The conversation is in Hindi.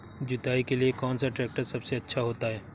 जुताई के लिए कौन सा ट्रैक्टर सबसे अच्छा होता है?